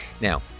Now